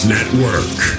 Network